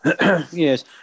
yes